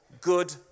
good